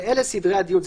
ואלה סדרי הדיון.